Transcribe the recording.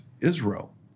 Israel